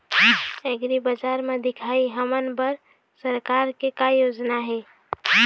एग्रीबजार म दिखाही हमन बर सरकार के का योजना हे?